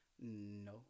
No